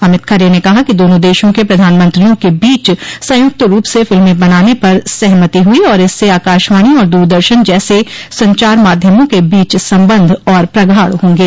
अमित खरे ने कहा कि दोनों देशो के प्रधानमंत्रियों के बीच संयुक्त रूप से फिल्मे बनाने पर सहमति हुइ और इससे आकाशवाणो और दूरदर्शन जैसे संचार माध्यमों के बीच संबंध और प्रगाढ़ होंगे